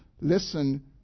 listen